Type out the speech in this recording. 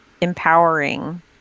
empowering